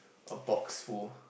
a box full